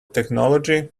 technology